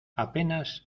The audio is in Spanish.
apenas